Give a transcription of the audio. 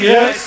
Yes